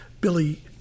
Billy